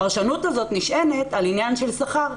הפרשנות הזאת נשענת על עניין של שכר,